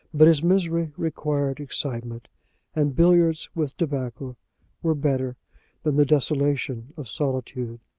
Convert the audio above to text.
but his misery required excitement and billiards with tobacco were better than the desolation of solitude.